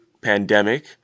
pandemic